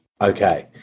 Okay